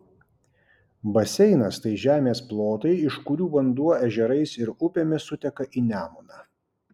baseinas tai žemės plotai iš kurių vanduo ežerais ir upėmis suteka į nemuną